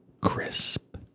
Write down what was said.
crisp